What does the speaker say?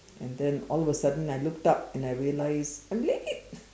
and then all of a sudden I looked up and I realized I'm late